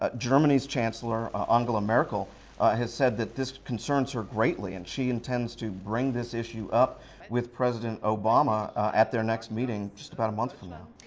ah germany's chancellor ah angela merkel has said that this concerns her greatly and she intends to bring this issue up with president obama at their next meeting just about a month from now.